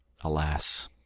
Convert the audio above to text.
Alas